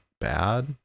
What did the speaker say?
bad